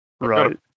Right